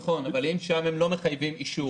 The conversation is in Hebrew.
נכון, אבל אם שם הם לא מחייבים אישור?